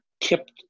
kept